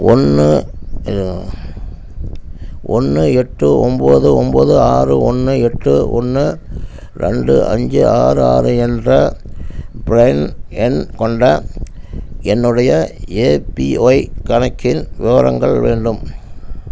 ஒன்று ஐயோ ஒன்று எட்டு ஒம்பது ஒம்பது ஆறு ஒன்று எட்டு ஒன்று ரெண்டு அஞ்சு ஆறு ஆறு என்ற ப்ரன் எண் கொண்ட என்னுடைய ஏபிஒய் கணக்கின் விவரங்கள் வேண்டும்